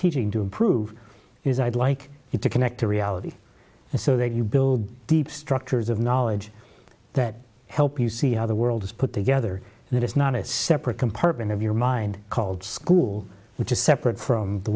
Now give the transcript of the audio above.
teaching to improve is i'd like you to connect to reality and so that you build deep structures of knowledge that help you see how the world is put together and it's not a separate compartment of your mind called school which is separate from the